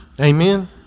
Amen